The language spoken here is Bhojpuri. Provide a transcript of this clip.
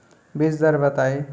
बीज दर बताई?